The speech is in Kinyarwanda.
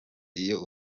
iyo